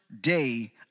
day